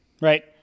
right